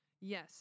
Yes